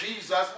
Jesus